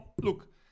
Look